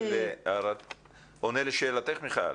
זה עונה לשאלתך, מיכל?